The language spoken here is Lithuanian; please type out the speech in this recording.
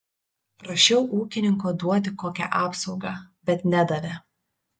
prašiau ūkininko duoti kokią apsaugą bet nedavė